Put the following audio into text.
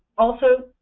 also,